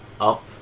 up